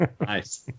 Nice